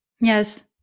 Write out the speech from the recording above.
Yes